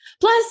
Plus